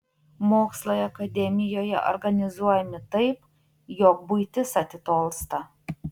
mokslai akademijoje organizuojami taip jog buitis atitolsta